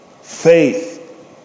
faith